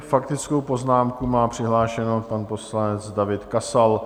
Faktickou poznámku má přihlášenou pan poslanec David Kasal.